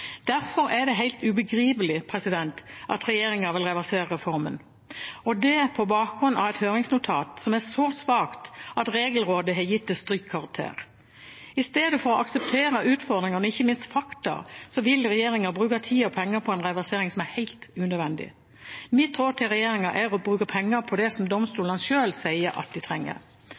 Derfor er det helt ubegripelig at regjeringen vil reversere reformen, og det på bakgrunn av et høringsnotat som er så svakt at Regelrådet har gitt det strykkarakter. I stedet for å akseptere utfordringene og ikke minst fakta vil regjeringen bruke tid og penger på en reversering som er helt unødvendig. Mitt råd til regjeringen er å bruke pengene på det domstolene selv sier at de trenger.